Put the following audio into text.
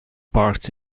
part